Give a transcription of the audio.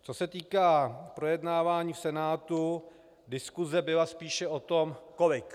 Co se týká projednávání v Senátu, diskuse byla spíše o tom kolik.